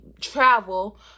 travel